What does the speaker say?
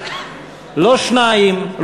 לא שניים,